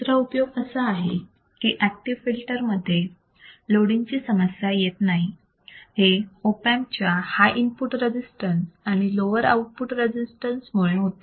दुसरा उपयोग असा आहे की एक्टिव फिल्टर मध्ये लोडिंग ची समस्या येत नाही हे ऑप अँप च्या हाय इनपुट रजिस्टन्स आणि लोवर आउटपुट रजिस्टन्स मुळे होते